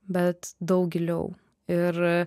bet daug giliau ir